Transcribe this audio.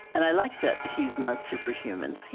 and i like that he's not superhuman.